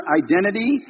identity